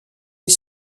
est